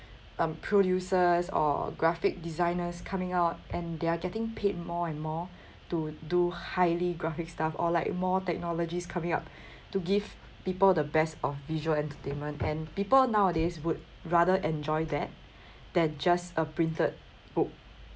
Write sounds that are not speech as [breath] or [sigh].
um producers or graphic designers coming out and they're getting paid more and more to do highly graphic stuff or like more technologies coming up [breath] to give people the best of visual entertainment and people nowadays would rather enjoy that [breath] than just a printed book